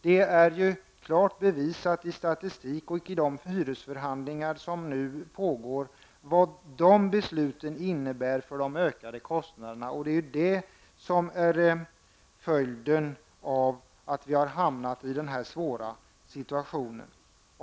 Det är klart bevisat i statistik och i de hyresförhandlingar som nu pågår vad det besluten innebär för de ökade kostnaderna. Det är följden av detta som har gjort att vi har hamnat i denna svåra situation.